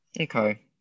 Okay